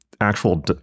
actual